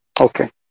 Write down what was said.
Okay